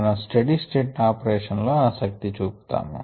మనం steady state operation లో ఆసక్తి చూపుతాము